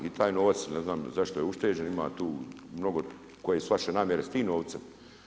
E pa i taj novac, ne znam zašto je ušteđen, ima tu mnogo koje su vaše namjere s tim novcem.